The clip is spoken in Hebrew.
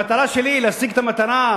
המטרה שלי היא להשיג את המטרה,